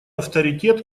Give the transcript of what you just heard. авторитет